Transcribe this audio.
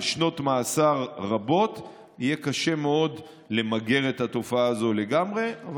שנות מאסר רבות יהיה קשה מאוד למגר את התופעה הזו לגמרי.